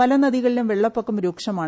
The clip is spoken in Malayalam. പല ന്ദികളിലും വെള്ളപ്പൊക്കം രൂക്ഷമാണ്